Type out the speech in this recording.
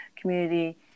community